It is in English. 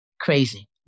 crazy